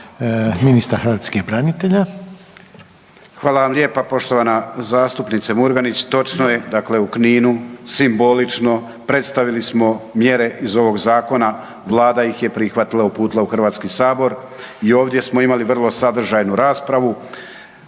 Hvala vam lijepa, poštovana zastupnice Murganić. Točno je, dakle u Kninu simbolično predstavili smo mjere iz ovog zakona, Vlada ih je prihvatila, uputila u Hrvatski sabor i ovdje smo imali vrlo sadržajnu raspravu.